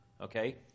okay